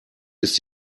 ist